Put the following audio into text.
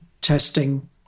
testing